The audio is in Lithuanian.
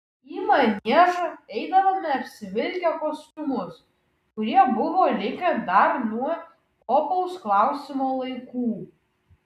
į maniežą eidavome apsivilkę kostiumus kurie buvo likę dar nuo opaus klausimo laikų